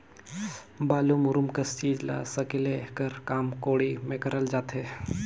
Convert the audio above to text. बालू, मूरूम कस चीज ल सकेले कर काम कोड़ी मे करल जाथे